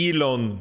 Elon